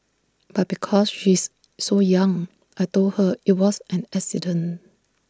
but because she's so young I Told her IT was an accident